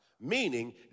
Meaning